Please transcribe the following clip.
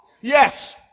Yes